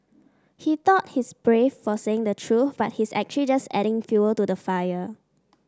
he thought he's brave for saying the truth but he's actually just adding fuel to the fire